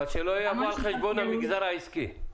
אבל שלא יבוא על חשבון המגזר העסקי.